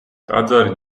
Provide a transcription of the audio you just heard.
ტაძარი